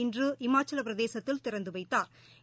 இன்று கிரு இமாச்சலப்பிரதேசத்தில் திறந்துவைத்தாா்